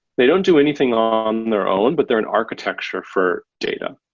they don't do anything on their own, but they're an architecture for data.